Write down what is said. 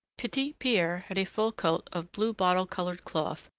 petit-pierre had a full coat of blue-bottle colored cloth,